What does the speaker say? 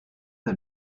the